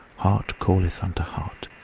heart calleth unto heart